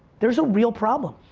there's a real problem.